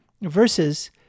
versus